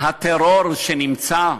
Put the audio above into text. הטרור שנמצא,